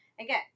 again